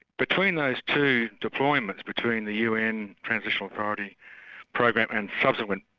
between those two deployments, between the un transitional authority program, and subsequent,